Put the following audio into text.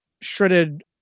shredded